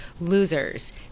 losers